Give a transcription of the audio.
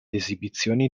esibizioni